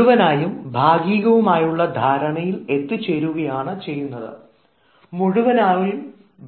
മുഴുവനായും